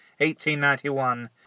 1891